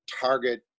target